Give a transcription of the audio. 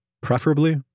preferably